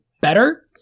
better